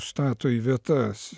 stato į vietas